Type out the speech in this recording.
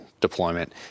deployment